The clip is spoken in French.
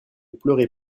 pleurez